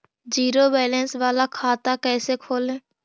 Zero balance बाला खाता कैसे खोले?